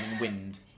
wind